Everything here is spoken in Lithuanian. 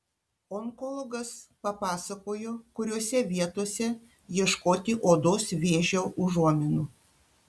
onkologas papasakojo kuriose vietose ieškoti odos vėžio užuominų